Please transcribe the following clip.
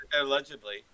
Allegedly